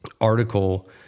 article